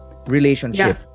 relationship